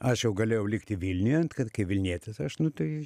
aš jau galėjau likti vilniuje kad kai vilnietis aš nu tai